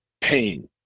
pain